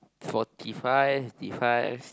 forty-five fifteen